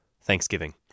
Thanksgiving